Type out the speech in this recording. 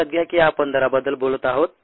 लक्षात घ्या की आपण दराबद्दल बोलत आहोत